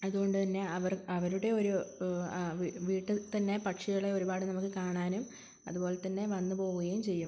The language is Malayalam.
അതുകൊണ്ട് അന്നെ അവർ അവരുടെ ഒരു വീട്ടിൽ തന്നെ പക്ഷികളെ ഒരുപാട് നമുക്ക് കാണാനും അതുപോലെതന്നെ വന്നുപോകുകയും ചെയ്യും